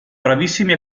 bravissimi